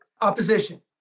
opposition